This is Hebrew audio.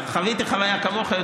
חוויתי חוויה כמוך.